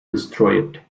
destroyed